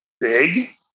big